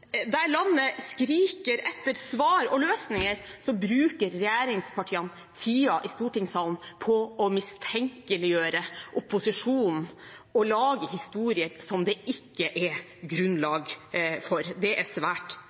der landet skriker etter svar og løsninger, bruker regjeringspartiene tiden i stortingssalen på å mistenkeliggjøre opposisjonen og lage historier som det ikke er grunnlag for. Det er svært